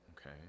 okay